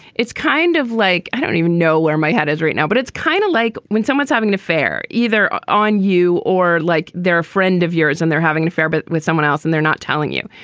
it's kind of like i don't even know where my head is right now, but it's kind of like when someone's having an affair either on you or like they're a friend of yours and they're having an affair, but with someone else and they're not telling you.